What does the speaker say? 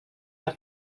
per